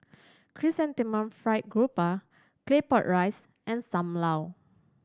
Chrysanthemum Fried Garoupa Claypot Rice and Sam Lau